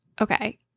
okay